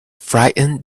frightened